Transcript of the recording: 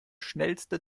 schnellste